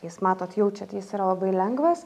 jis matot jaučiat jis yra labai lengvas